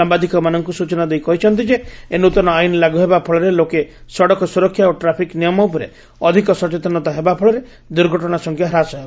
ସାମ୍ଭାଦିକମାନଙ୍କୁ ସୂଚନା ଦେଇ କହିଛନ୍ତି ଯେ ଏହି ନ୍ତନ ଆଇନ୍ ଲାଗୁ ହେବା ଫଳରେ ଲୋକେ ସଡ଼କ ସୁରକ୍ଷା ଓ ଟ୍ରାଫିକ୍ ନିୟମ ଉପରେ ଅଧିକ ସଚେତନତା ହେବା ଫଳରେ ଦୁର୍ଘଟଣା ସଂଖ୍ୟା ହ୍ରାସ ହେବ